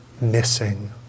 missing